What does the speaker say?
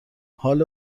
حال